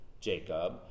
Jacob